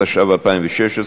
התשע"ו 2016,